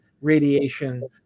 radiation